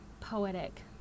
poetic